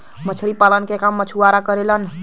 मछरी पालन के काम मछुआरा करेलन